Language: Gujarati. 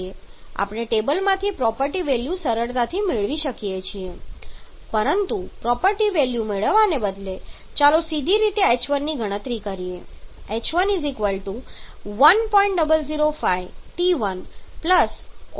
આપણે ટેબલમાંથી પ્રોપર્ટી વેલ્યુ સરળતાથી મેળવી શકીએ છીએ પરંતુ પ્રોપર્ટી વેલ્યુ મેળવવાને બદલે ચાલો સીધી રીતે h1 ની ગણતરી કરીએ h1 1